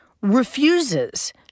refuses